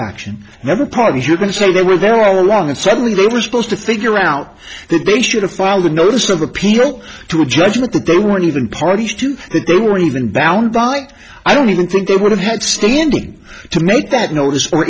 action never parties you're going to say they were there all along and suddenly they were supposed to figure out that they should have filed a notice of appeal to a judgment that they weren't even party to think they were even bound by i don't even think they would have had standing to make that notice for